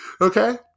Okay